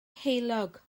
heulog